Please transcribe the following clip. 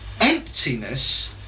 emptiness